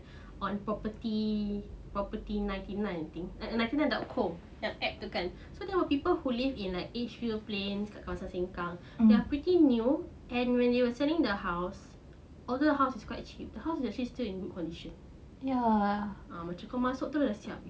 on property property ninety nine I think ninety nine dot com the app tu kan so people who live in like edgefield plains kat kawasan sengkang they are pretty new and they were selling the house although house is quite cheap the house is actually still in good condition ya ah macam kau masuk terus dah siap